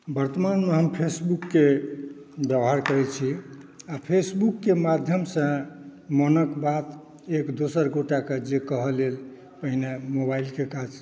वर्तमानमे हम फेसबुकके व्यवहार करै छी आ फेसबुकके माध्यमसँ मोनक बात एक दोसर गोटे कऽ जे कहऽ लेल पहिने मोबाइलके काज